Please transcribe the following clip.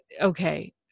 okay